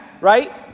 right